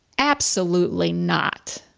absolutely not.